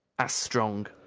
asked strong.